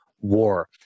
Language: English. War